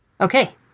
Okay